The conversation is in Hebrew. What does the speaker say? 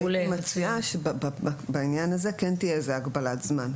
מצוין שבעניין הזה כן תהיה איזו הגבלת זמן.